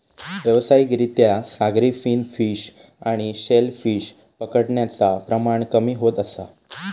व्यावसायिक रित्या सागरी फिन फिश आणि शेल फिश पकडण्याचा प्रमाण कमी होत असा